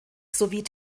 sowie